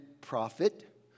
prophet